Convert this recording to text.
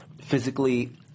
physically